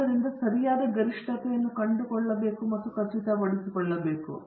ಆದ್ದರಿಂದ ನಾವು ಸರಿಯಾದ ಗರಿಷ್ಟತೆಯನ್ನು ಕಂಡುಕೊಳ್ಳಬೇಕು ಮತ್ತು ಖಚಿತಪಡಿಸಿಕೊಳ್ಳಬೇಕು